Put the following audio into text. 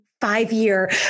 five-year